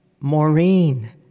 Maureen